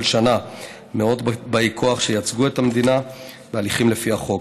שנה מאות באי כוח שייצגו את המדינה בהליכים לפי החוק.